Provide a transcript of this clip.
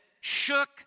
shook